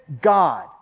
God